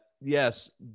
yes